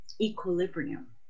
equilibrium